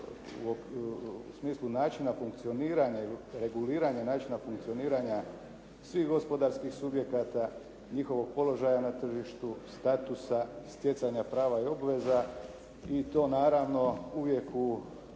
u smislu načina funkcioniranja ili reguliranja načina funkcioniranja svih gospodarskih subjekata, njihovog položaja na tržištu, statusa, stjecanja prava i obveza i to naravno uvijek